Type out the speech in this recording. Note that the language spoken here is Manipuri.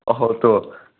ꯑꯍꯣ ꯇꯣ